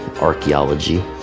archaeology